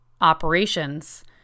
operations